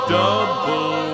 double